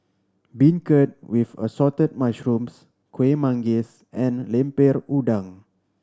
beancurd with Assorted Mushrooms Kueh Manggis and Lemper Udang